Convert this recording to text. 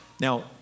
Now